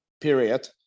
period